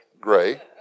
Gray